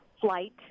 flight